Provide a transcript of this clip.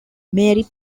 mary